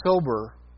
sober